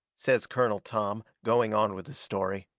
says colonel tom, going on with his story.